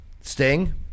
Sting